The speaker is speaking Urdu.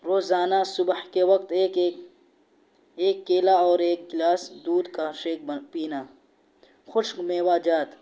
روزانہ صبح کے وقت ایک ایک ایک کیلا اور ایک گلاس دودھ کا شیک پینا خشک میوہ جات